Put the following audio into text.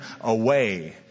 away